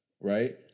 Right